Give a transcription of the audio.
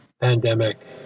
pandemic